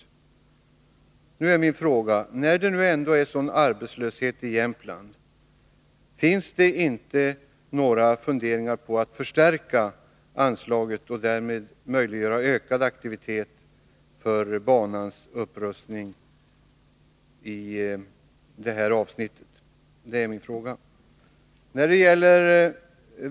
Min fråga är om det inte, när det nu råder så stor arbetslöshet i Jämtland, finns några funderingar på att förstärka anslaget och därmed möjliggöra ökad aktivitet för banans upprustning på det här avsnittet.